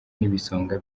n’ibisonga